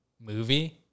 movie